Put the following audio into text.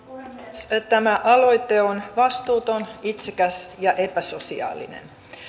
tämä aloite on vastuuton itsekäs ja epäsosiaalinen